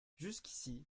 jusqu’ici